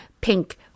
Pink